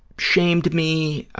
shamed me,